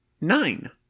Nine